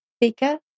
bigger